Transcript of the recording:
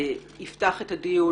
יפתח את הדיון,